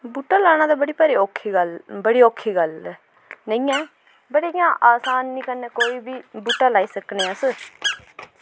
बूह्टा लाना ते बड़ी भारी औक्खी गल्ल बड़ी औक्खी गल्ल ऐ नेईं ऐ बड़ी ही इयां असानी कन्नै कोई बी बूह्टा लाई सकने अस